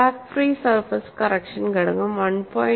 back free surface correction ഘടകം 1